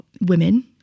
women